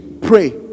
Pray